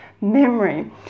memory